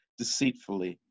deceitfully